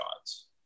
shots